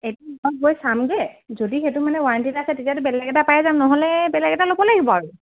এইটো তাত গৈ চামগৈ যদি সেইটো মানে ৱাৰেণ্টি আছে তেতিয়াটো বেলেগ এটা পাই যাম নহ'লে বেলেগ এটা ল'ব লাগিব আৰু